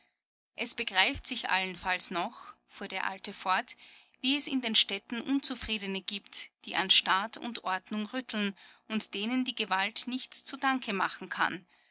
es begreift sich allenfalls noch fuhr der alte fort wie es in den städten unzufriedene gibt die an staat und ordnung rütteln und denen die gewalt nichts zu danke machen kann